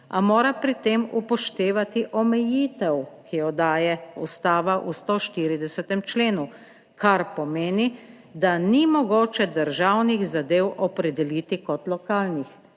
a mora pri tem upoštevati omejitev, ki jo daje Ustava v 140. členu, kar pomeni, da ni mogoče državnih zadev opredeliti kot lokalnih.